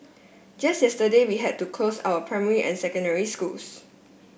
just yesterday we had to close our primary and secondary schools